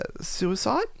suicide